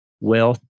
wealth